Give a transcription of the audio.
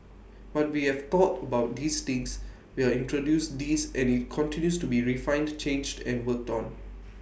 but we have thought about these things we've introduced these and IT continues to be refined changed and worked on